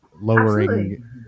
lowering